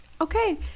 okay